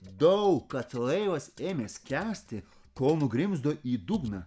daug kad laivas ėmė skęsti kol nugrimzdo į dugną